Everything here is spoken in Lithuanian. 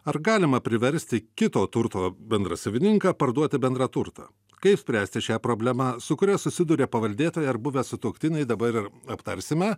ar galima priversti kito turto bendrasavininką parduoti bendrą turtą kaip spręsti šią problemą su kuria susiduria paveldėtojai ar buvę sutuoktiniai dabar ir aptarsime